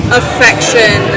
affection